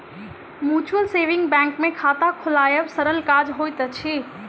mutual saving bank मे खाता खोलायब सरल काज होइत अछि